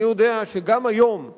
אני אומר בצער: אני יודע שגם היום יש